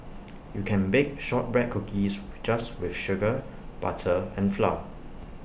you can bake Shortbread Cookies just with sugar butter and flour